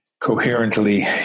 coherently